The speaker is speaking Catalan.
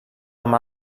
amb